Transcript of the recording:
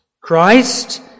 Christ